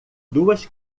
duas